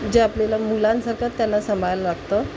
जे आपल्याला मुलांसारखंच त्यांना संभायला लागतं